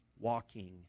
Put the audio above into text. walking